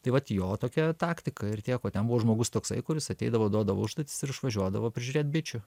tai vat jo tokia taktika ir teko ten buvo žmogus toksai kuris ateidavo duodavo užduotis ir išvažiuodavo prižiūrėt bičių